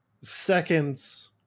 seconds